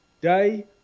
day